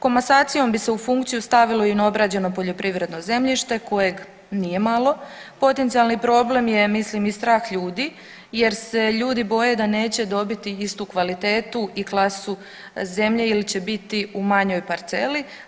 Komasacijom bi se u funkciju stavilo i neobrađeno poljoprivredno zemljište kojeg nije malo, potencijalni problem je mislim i strah ljudi jer se ljudi boje da neće dobiti istu kvalitetu i klasu zemlje ili će biti u manjoj parceli.